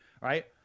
right